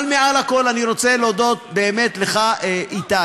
אבל מעל לכול אני רוצה להודות לך, באמת, איתי,